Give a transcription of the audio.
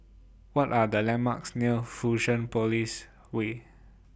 What Are The landmarks near Fusionopolis Way